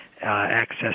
access